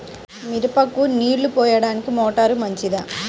మిరపకు నీళ్ళు పోయడానికి మోటారు మంచిదా?